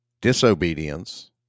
disobedience